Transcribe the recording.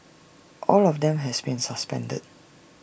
all of them has been suspended